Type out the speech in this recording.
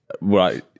right